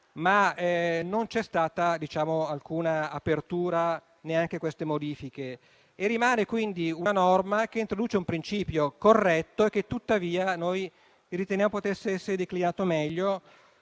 Non vi è stata, però, alcuna apertura neanche a queste modifiche. Rimane, quindi, una norma che introduce un principio corretto, che tuttavia noi riteniamo potesse essere declinato meglio.